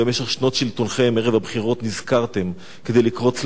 ערב הבחירות נזכרתם לקרוץ לימין כדי לעשות את זה,